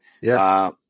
Yes